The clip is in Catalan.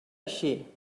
així